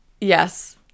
Yes